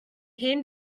hen